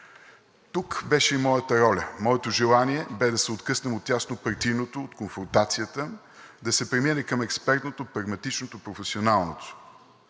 Тук беше и моята роля, моето желание – без да се откъснем от тяснопартийното, конфронтацията, да се премине към експертното, прагматичното, професионалното.